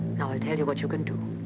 i'll ah tell you what you can do.